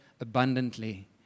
abundantly